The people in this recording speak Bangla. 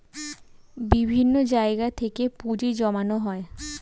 বিভিন্ন জায়গা থেকে পুঁজি জমানো হয়